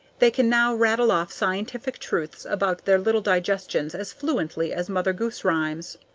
they can now rattle off scientific truths about their little digestions as fluently as mother goose rhymes.